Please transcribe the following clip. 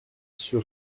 sur